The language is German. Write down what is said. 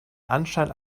anschein